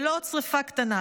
זה לא עוד שרפה קטנה,